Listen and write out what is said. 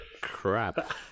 crap